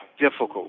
difficult